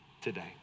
today